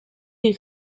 die